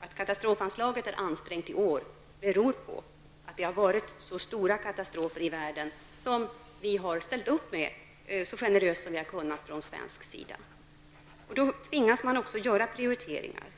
Att katastrofanslaget är ansträngt i år beror på att det har varit så stora katastrofer i världen som vi har lämnat hjälp till så generöst vi har kunnat från svensk sida. Man tvingas att då göra prioriteringar.